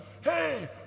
Hey